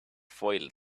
foiled